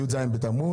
י"ז בתמוז.